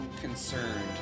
concerned